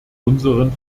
unseren